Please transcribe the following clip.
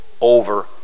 over